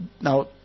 now